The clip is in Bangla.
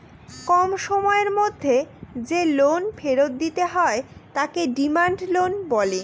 কম সময়ের মধ্যে যে লোন ফেরত দিতে হয় তাকে ডিমান্ড লোন বলে